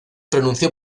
pronunció